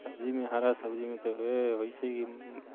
सब्जीमे हरा सब्जीमे तऽ होइ छै कि